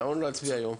למה לא להצביע היום?